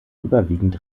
überwiegend